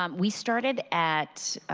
um we started at